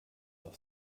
auf